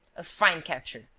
a fine capture!